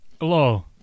Hello